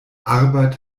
arbeit